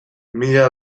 mila